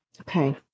Okay